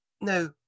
No